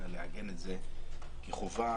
אלא כחובה